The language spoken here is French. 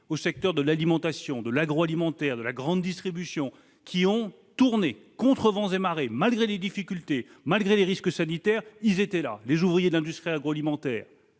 aux secteurs de l'alimentation, de l'industrie agroalimentaire et de la grande distribution, qui ont tourné, contre vents et marées, malgré les difficultés et les risques sanitaires ; les ouvriers de l'industrie agroalimentaire,